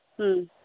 ᱦᱮᱸ